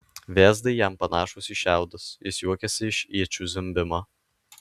vėzdai jam panašūs į šiaudus jis juokiasi iš iečių zvimbimo